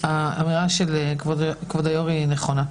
האמירה של כבוד היושב-ראש היא נכונה.